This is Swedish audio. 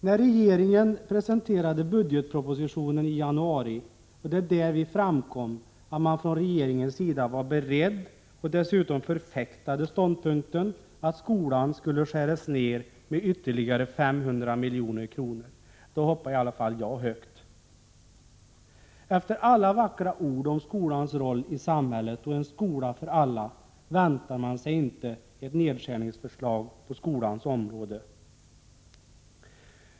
När regeringen presenterade budgetpropositionen i januari och det därvid framkom att man från regeringens sida var beredd på och dessutom förfäktade ståndpunkten att anslagen till skolan skulle skäras ner med ytterligare 500 milj.kr., då hoppade i alla fall jag högt. Efter alla vackra ord om skolans roll i samhället och en skola för alla väntade man sig inte ett nedskärningsförslag på skolans område.